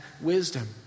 wisdom